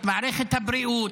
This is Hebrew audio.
את מערכת הבריאות.